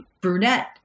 brunette